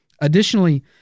Additionally